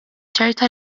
ċerta